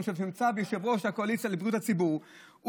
יושב-ראש הקואליציה לבריאות הציבור,